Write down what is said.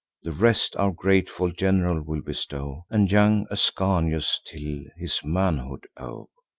the rest our grateful gen'ral will bestow, and young ascanius till his manhood owe.